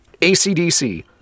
acdc